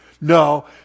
No